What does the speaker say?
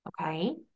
Okay